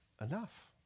enough